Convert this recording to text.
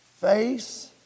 Face